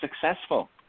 successful